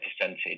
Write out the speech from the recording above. percentage